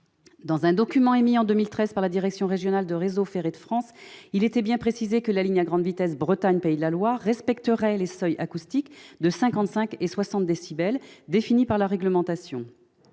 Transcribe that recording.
Dans un document émis en 2013 par la direction régionale de Réseau ferré de France, il était bien précisé que la ligne à grande vitesse Bretagne-Pays-de-la-Loire respecterait les seuils acoustiques de 55 et 60 décibels définis par la réglementation.